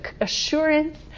assurance